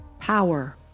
Power